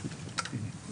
תושבת העיר העתיקה,